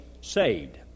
saved